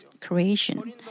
creation